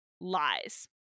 Lies